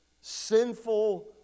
sinful